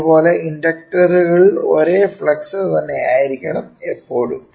അതേ പോലെ ഇൻഡക്റ്ററുകളിൽ ഒരേ ഫ്ലക്സ് തന്നെ ആയിരിക്കണം എപ്പോഴും